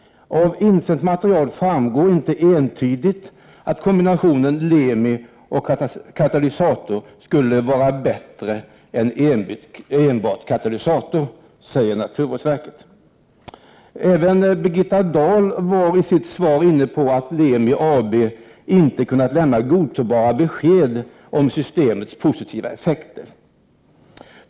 Av insänt material framgår inte entydigt att kombinationen Lemi och katalysator skulle vara bättre än enbart katalysator.” Även Birgitta Dahl var i sitt svar inne på att Lemi AB inte hade kunnat lämna godtagbara besked om systemets positiva effekter.